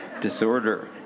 Disorder